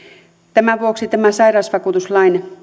tämän vuoksi tämän sairausvakuutuslain